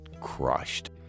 crushed